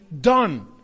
done